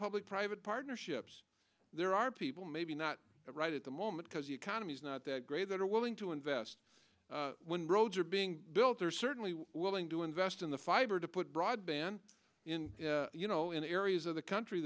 public private partnerships there are people maybe not right at the moment because the economy's not that great that are willing to invest in roads are being built they're certainly willing to invest in the fiber to put broadband in you know in areas of the country